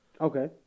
Okay